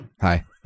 Hi